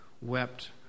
wept